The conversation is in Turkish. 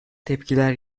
tepkiler